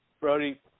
Brody